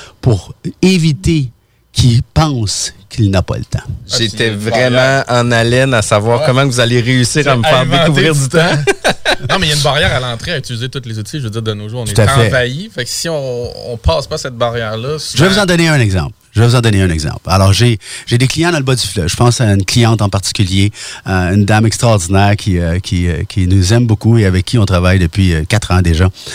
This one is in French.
pour éviter qu'il pense qu'il n'a pas le temps. J'étais Ah, c'est une barrière. vraiment en haleine à savoir Ouais. comment vous allez réussir Tu à as me faire inventé découvrir du du temps. temps. Non, mais il y a une barrière à l'entrée à utiliser tous les outils, je veux dire, de nos jours. On Tout est à fait. envahi. Fait que si on- on passe pas cette barrière-là, c'est Je vais pas- vous en donner un exemple. Je vais vous en donner un exemple. Alors, j'ai- j'ai des clients dans le bas du fleuve. Je pense à une cliente en particulier, euh, une dame extraordinaire qui, euh, qui, euh, qui nous aime beaucoup et avec qui on travaille depuis, euh, quatre ans déjà.